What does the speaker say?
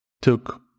took